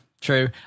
true